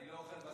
אני לא אוכל בשר.